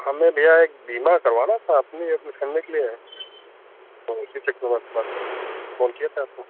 हमें भैया एक बीमा करवाना था अपनी आ अपनी फैमिली के लिए तो उसी चकक्र में कॉल किए थे आपको